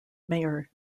mayor